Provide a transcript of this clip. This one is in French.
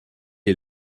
est